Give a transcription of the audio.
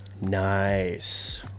nice